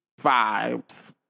vibes